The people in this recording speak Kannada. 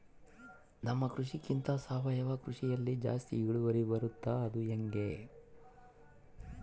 ನಮ್ಮ ಕೃಷಿಗಿಂತ ಸಾವಯವ ಕೃಷಿಯಲ್ಲಿ ಜಾಸ್ತಿ ಇಳುವರಿ ಬರುತ್ತಾ ಅದು ಹೆಂಗೆ?